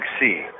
sea